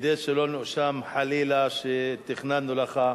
כדי שלא נואשם חלילה שתכננו לך,